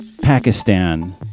Pakistan